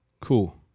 Cool